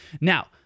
Now